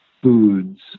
foods